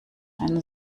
einen